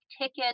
ticket